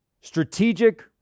strategic